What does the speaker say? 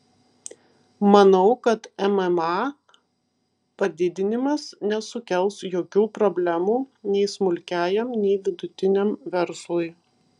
manau kad mma padidinimas nesukels jokių problemų nei smulkiajam nei vidutiniam verslui